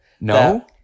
No